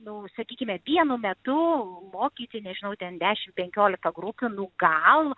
nu sakykime vienu metu mokyti nežinau ten dešim penkiolika grupių nu gal